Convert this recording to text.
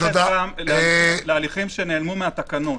הליכים שנעלמו מהתקנות.